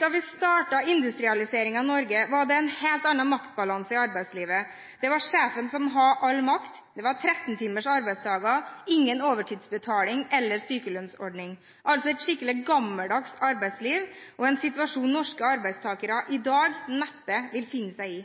Da vi startet industrialiseringen i Norge, var det en helt annen maktbalanse i arbeidslivet. Det var sjefen som hadde all makt, det var 13 timers arbeidsdag og ingen overtidsbetaling eller sykelønnsordning. Det var altså et skikkelig gammeldags arbeidsliv og en situasjon norske arbeidstakere i dag neppe vil finne seg i.